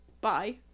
bye